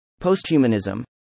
Posthumanism